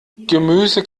gemüse